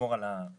לשמור על המולדת,